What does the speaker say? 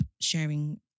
sharing